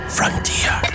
Frontier